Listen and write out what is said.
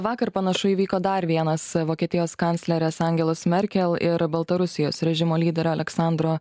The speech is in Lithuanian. vakar panašu įvyko dar vienas vokietijos kanclerės angelos merkel ir baltarusijos režimo lyderio aleksandro